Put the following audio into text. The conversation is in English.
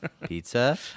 pizza